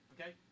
Okay